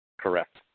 Correct